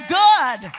good